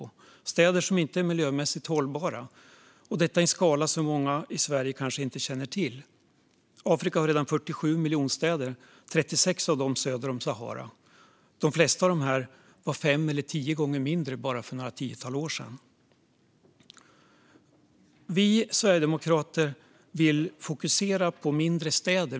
Det är städer som inte är miljömässigt hållbara, och detta sker i en skala som många i Sverige kanske inte känner till. Afrika har redan 47 miljonstäder. 36 av dem ligger söder om Sahara. De flesta av de här städerna var fem eller tio gånger mindre bara för några tiotal år sedan. Vi sverigedemokrater vill fokusera på mindre städer.